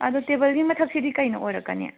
ꯑꯗꯨ ꯇꯦꯕꯜꯒꯤ ꯃꯊꯛꯁꯤꯗꯤ ꯀꯩꯅ ꯑꯣꯏꯔꯛꯀꯅꯤ